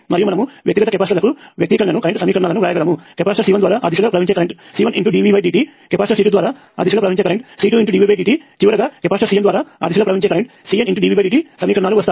మరియు మనము వ్యక్తిగత కెపాసిటర్లకు వ్యక్తీకరణను కరెంట్ సమీకరణాలను వ్రాయగలము కెపాసిటర్ C1 ద్వారా ఆ దిశలో ప్రవహించే కరెంట్ C1dvdt కెపాసిటర్ C2 ద్వారా ఆ దిశలో ప్రవహించే కరెంట్ C2dvdt చివరగా కెపాసిటర్ CN ద్వారా ఆ దిశలో ప్రవహించే కరెంట్ CNdvdt సమీకరణాలు వస్తాయి